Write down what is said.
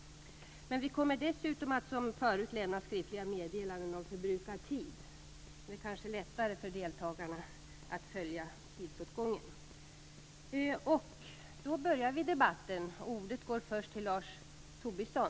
Men vi kommer dessutom att som tidigare lämna skriftliga meddelanden om förbrukad tid. Det är kanske lättare för deltagarna att då följa tidsåtgången. Då börjar vi debatten. Ordet går först till Lars Tobisson.